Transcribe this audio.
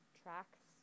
tracks